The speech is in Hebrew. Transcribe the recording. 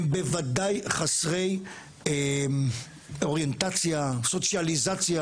הם בוודאי חסרי אוריינטציה סוציאליזציה